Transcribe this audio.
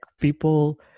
People